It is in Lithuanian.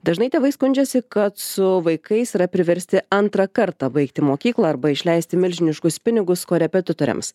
dažnai tėvai skundžiasi kad su vaikais yra priversti antrą kartą baigti mokyklą arba išleisti milžiniškus pinigus korepetitoriams